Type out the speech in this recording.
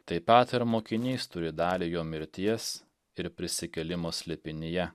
taip pat ir mokinys turi dalį jo mirties ir prisikėlimo slėpinyje